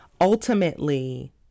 Ultimately